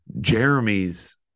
Jeremy's